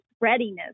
readiness